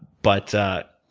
but r.